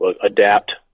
adapt